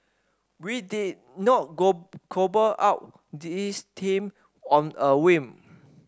we did not cobble up this team on a whim